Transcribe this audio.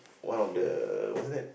one of the wasn't that